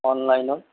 on লাইনত